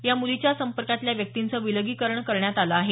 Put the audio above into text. या मुलीच्या संपर्कातल्या व्यक्तींचं विलगीकरण करण्यात आल आहे